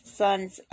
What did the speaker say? sons